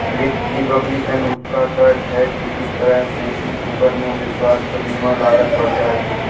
Republican का तर्क है कि इस तरह के मुकदमों से स्वास्थ्य बीमा लागत बढ़ जाएगी